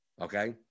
Okay